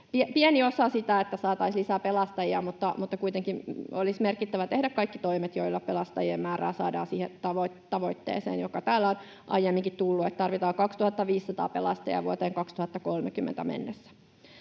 pieni osa sitä, että saataisiin lisää pelastajia, mutta kuitenkin olisi merkittävää tehdä kaikki toimet, joilla pelastajien määrää saadaan siihen tavoitteeseen, joka täällä on aiemminkin tullut, että tarvitaan 2 500 pelastajaa vuoteen 2030 mennessä.